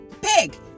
big